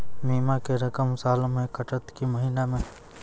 बीमा के रकम साल मे कटत कि महीना मे?